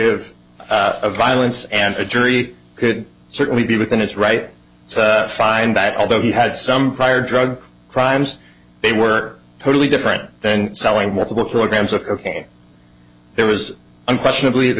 of violence and a jury could certainly be within his right to find that although he had some prior drug crimes they were totally different then selling more programs of their was unquestionably the